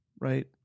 right